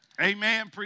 amen